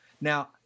Now